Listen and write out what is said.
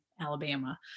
Alabama